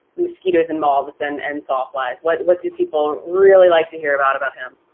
mosquitoes and moths and and sawflies? what what do people really like to hear about about him?